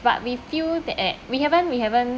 but we feel the eh we haven't we haven't